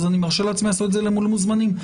אני מרשה לעצמי לעשות את זה מול המוזמנים.